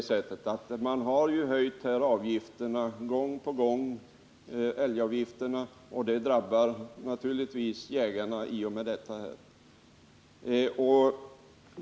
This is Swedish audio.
Älgavgifterna har gång på gång höjts, och det drabbar naturligtvis jägarna.